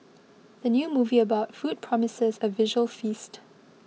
the new movie about food promises a visual feast